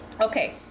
Okay